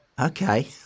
Okay